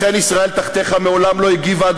לכן ישראל תחתיך מעולם לא הגיבה,